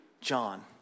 John